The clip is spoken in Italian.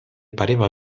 pareva